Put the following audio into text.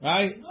Right